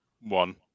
one